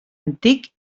antic